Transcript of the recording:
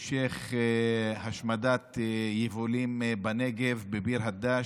המשך השמדת יבולים בנגב, בביר הדאג'.